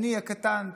אני הקטן,